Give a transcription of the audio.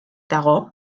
dago